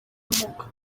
ubumuga